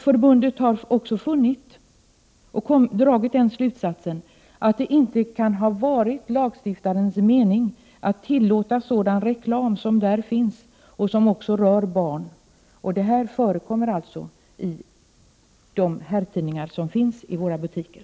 Förbundet har också dragit slutsatsen att det inte kan ha varit lagstiftarens mening att tillåta sådan reklam som finns i dessa tidningar och som rör barn. Det förekommer alltså i de herrtidningar som finns i våra butiker.